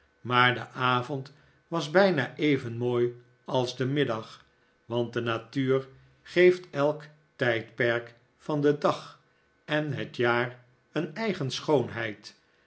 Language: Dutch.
maar de avond was bijna even mooi als de middag want de natuur geeft elk tijdperk van den dag en het jaar een eigen schoonheid